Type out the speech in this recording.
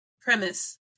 premise